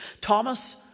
Thomas